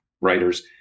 writers